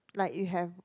like you have